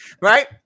Right